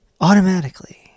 Automatically